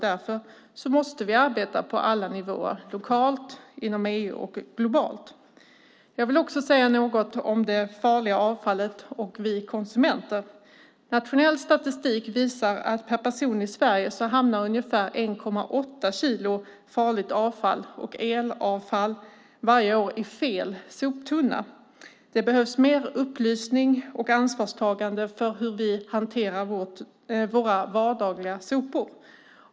Därför måste vi arbeta på alla nivåer, lokalt, inom EU och globalt. Jag vill också säga något om det farliga avfallet och oss konsumenter. Nationell statistik visar att per person i Sverige hamnar ungefär 1,8 kilo farligt avfall och elavfall varje år i fel soptunna. Det behövs mer upplysning och ansvarstagande för hur vi hanterar våra vardagliga sopor.